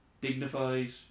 dignified